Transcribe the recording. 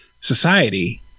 society